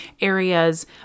areas